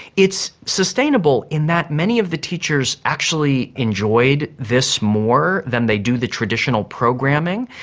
it's sustainable in that many of the teachers actually enjoyed this more than they do the traditional programming,